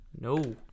No